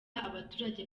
abaturage